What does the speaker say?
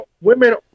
Women